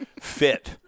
fit